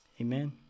Amen